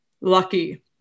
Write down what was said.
lucky